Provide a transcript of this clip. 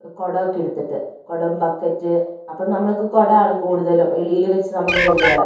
കുടവൊക്കെ എടുത്തിട്ട് കുടം ബക്കറ്റ് അപ്പം നമ്മൾക്ക് കുടമാണ് കൂടുതലും എളിയില് വെച്ച് നമുക്ക് കൊണ്ട് വരാം